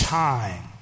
time